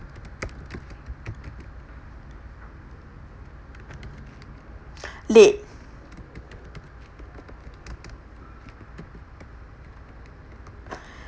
late